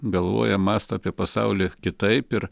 galvoja mąsto apie pasaulį kitaip ir